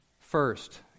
First